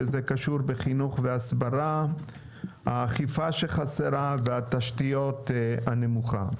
שזה קשור בחינוך ובהסברה; האכיפה שחסרה והתשתיות הנמוכות.